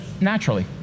naturally